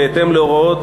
בהתאם להוראות